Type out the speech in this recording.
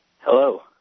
Hello